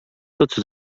tots